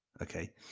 Okay